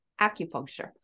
acupuncture